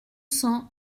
cents